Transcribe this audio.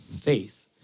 faith